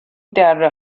دره